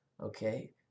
Okay